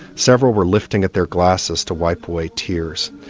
several were lifting at their glasses to wipe away tears.